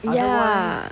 yeah